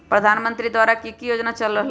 प्रधानमंत्री द्वारा की की योजना चल रहलई ह?